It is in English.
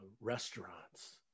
Restaurants